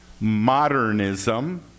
modernism